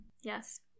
Yes